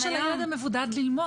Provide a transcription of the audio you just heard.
מה עם הזכות של הילד המבודד ללמוד?